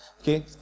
Okay